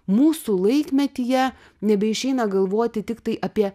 mūsų laikmetyje nebeišeina galvoti tiktai apie